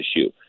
issue